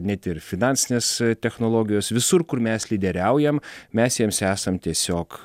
net ir finansinės technologijos visur kur mes lyderiaujam mes jiems esam tiesiog